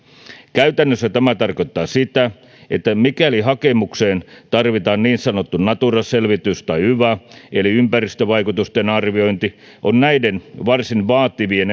käytännössä tämä tarkoittaa sitä että mikäli hakemukseen tarvitaan niin sanottu natura selvitys tai yva eli ympäristövaikutusten arviointi on näiden varsin vaativien